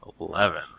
Eleven